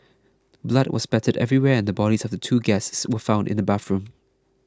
blood was spattered everywhere and the bodies of the two guests were found in the bathroom